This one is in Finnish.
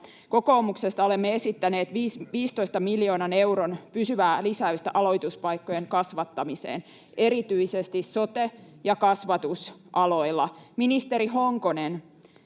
Kokoomuksesta olemme esittäneet 15 miljoonan euron pysyvää lisäystä aloituspaikkojen kasvattamiseen erityisesti sote‑ ja kasvatusaloilla. Ministeri Honkonen,